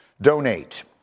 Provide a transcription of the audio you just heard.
donate